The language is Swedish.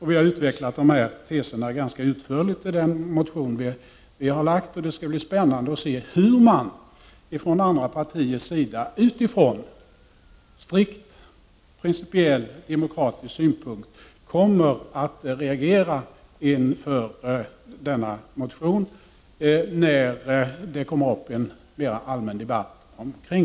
Vi har utvecklat denna tes ganska utförligt i den motion som vi har väckt, och det skall bli spännande att se hur man från andra partiers sida från strikt principiell demokratisk synpunkt kommer att reagera inför denna motion när den kommer upp i en mera allmän debattomgång.